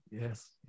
Yes